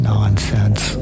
Nonsense